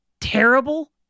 terrible